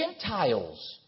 gentiles